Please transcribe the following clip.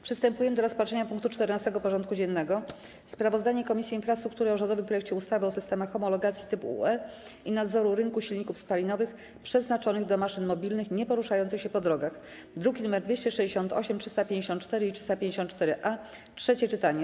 Przystępujemy do rozpatrzenia punktu 14. porządku dziennego: Sprawozdanie Komisji Infrastruktury o rządowym projekcie ustawy o systemach homologacji typu UE i nadzoru rynku silników spalinowych przeznaczonych do maszyn mobilnych nieporuszających się po drogach (druki nr 268, 354 i 354-A) - trzecie czytanie.